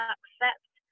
Accept